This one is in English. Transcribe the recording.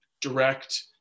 direct